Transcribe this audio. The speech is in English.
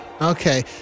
Okay